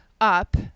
up